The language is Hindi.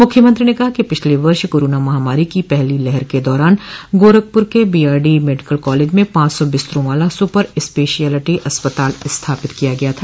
मुख्यमंत्री ने कहा कि पिछले वर्ष कोरोना महामारी को पहली लहर के दौरान गोरखपूर के बीआरडी मेडिकल कॉलेज में पांच सौ बिस्तरों वाला सुपर स्पेशियलिटी अस्पताल स्थापित किया गया था